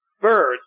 birds